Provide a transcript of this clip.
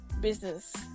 business